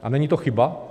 A není to chyba?